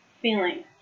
feeling